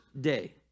day